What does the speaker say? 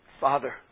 Father